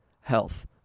health